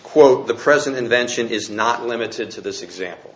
quote the present invention is not limited to this example